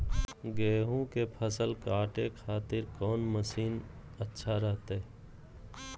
गेहूं के फसल काटे खातिर कौन मसीन अच्छा रहतय?